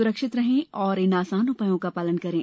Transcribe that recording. सुरक्षित रहें और इन आसान उपायों का पालन करें